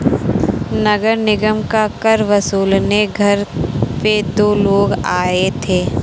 नगर निगम का कर वसूलने घर पे दो लोग आए थे